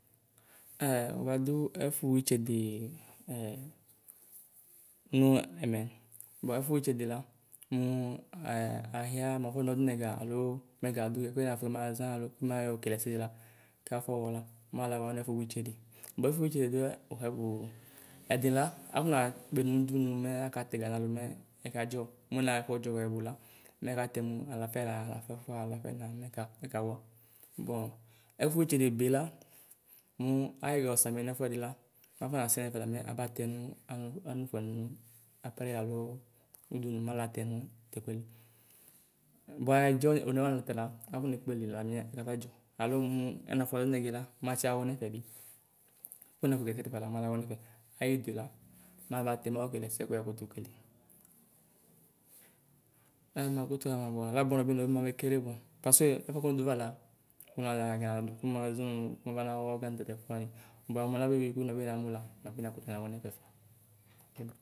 Ɛɛ wuadu ɛfu witseɖee ɛ nuu ɛmɛ. Ɛfuwitsede la muu ɛɛ ahiaŋ muafɔ nɔludi nɛgaa aloo muɛga duyɛ kɛyafamaʒaa alo kɛmayɔkele ɛsɛdila, kafɔwɔ mɛalaawɔ nɛfuwutsede. Buɛfuwitsede du vhɛluɛluo, Ɛdini la, afɔnekpeli nudunu mɛ akatɛga nalu mɛɛ ɛkadʒɔ. Muɛnaduɔdʒɔ lɛlula mɛkatɛ mu alafɛla, alafɛfua, alafɛna mɛka mɛkawɔ. Bɔ ɛfuwitsede beela, muu ayɔsamie nɛfuɛdila, mafɔnasɛ nefɛla mabatɛ nu anufuɛ nudunu ataya aloo udunu malaatɛ nu tɛkuɛli. Bua ɛdiɛ onewata la afo nekpeli la mɛ masɛdʒɔ. Alo mu ɛnafɔnɔludi n'ɛgɛ la matsiawɔ nɛfɛbi, kɛnafo keleɛsɛdiɛ yakutuokele. Alɛnɛ akekele amɛ mua labɔnɔbi nimabe kele koa 'pasee' ɛfuɛ ku miduvlala unaɣiɣanya kumaʒɔ nu wuabawɔ ɛga nu tatɛfuwani; bua mulabeyui ɛɖiɛ nɔbi namula nɔbi na kutu ana wɔ nɛfɛ.